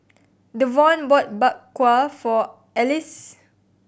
Davonte bought Bak Kwa for Alize